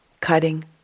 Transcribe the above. cutting